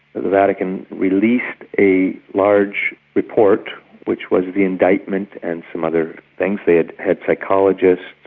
the vatican released a large report which was the indictment and some other things. they had had psychologists,